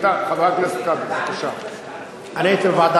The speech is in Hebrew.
איתן, חבר הכנסת כבל, בבקשה.